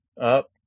up